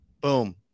Boom